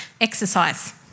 Exercise